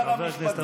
מנסור עבאס,